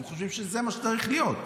אתם חושבים שזה מה שצריך להיות,